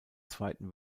zweiten